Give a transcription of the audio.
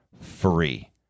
free